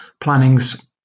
planning's